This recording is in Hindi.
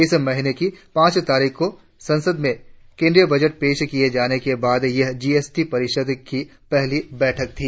इस महीने की पांच तारीख को संसद में केंद्रीय बजट पेश किए जाने के बाद यह जीएसटी परिषद की पहली बैठक थी